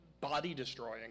body-destroying